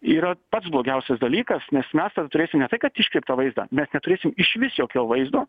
yra pats blogiausias dalykas nes mes tada turės ne tai kad iškreiptą vaizdą mes neturėsim išvis jokio vaizdo